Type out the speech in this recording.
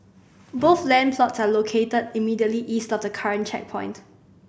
both land plots are located immediately east of the current checkpoint